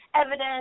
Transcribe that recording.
Evidence